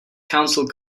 council